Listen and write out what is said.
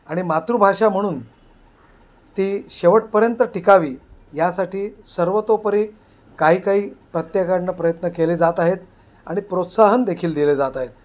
आणि मातृभाषा म्हणून ती शेवटपर्यंत टिकावी यासाठी सर्वतोपरी काही काही प्रत्येकाकडनं प्रयत्न केले जात आहेत आणि प्रोत्साहन देखील दिले जात आहेत